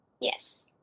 Yes